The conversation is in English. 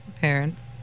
parents